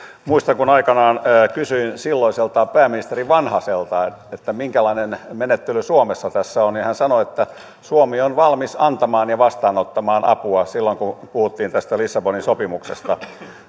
muistan että kun aikanaan kysyin silloiselta pääministeri vanhaselta minkälainen menettely suomessa tässä on niin hän sanoi että suomi on valmis antamaan ja vastaanottamaan apua silloin kun puhuttiin tästä lissabonin sopimuksesta